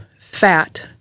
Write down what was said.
fat